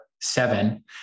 seven